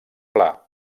pla